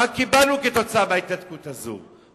מה קיבלנו כתוצאה מההתנתקות הזאת,